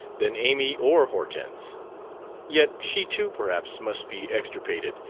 than amy or hortense yet she too perhaps must be extirpated,